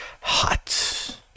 hot